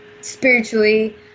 spiritually